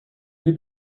you